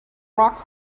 rock